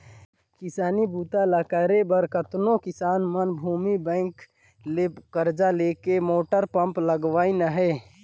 किसानी बूता ल करे बर कतनो किसान मन भूमि विकास बैंक ले करजा लेके मोटर पंप लगवाइन हें